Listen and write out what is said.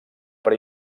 per